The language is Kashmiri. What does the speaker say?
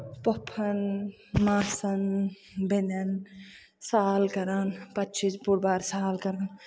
پوٚپھن ماسَن بینٮ۪ن سال کران پَتہٕ چھِ أسۍ بوٚڑ بارٕ سال کران